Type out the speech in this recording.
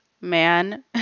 man